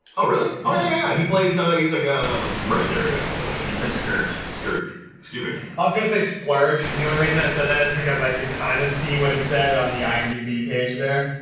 oh really oh yeah, he plays. i he's like a mercenary yourself tonight he plays skirt skirt excuse me i was gonna say splurge and the only reason i said that is because i could kind of see what it said on the imdb page there,